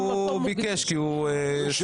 הוא ביקש כי הוא יושב-ראש.